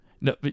No